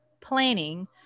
planning